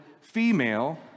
female